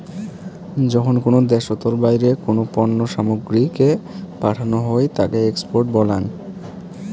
যখন কোনো দ্যাশোতর বাইরে কোনো পণ্য সামগ্রীকে পাঠানো হই তাকে এক্সপোর্ট বলাঙ